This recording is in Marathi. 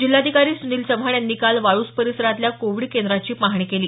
जिल्हाधिकारी सुनील चव्हाण यांनी काल वाळूज परिसतल्या कोविड केंद्राची पाहणी केली